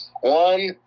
one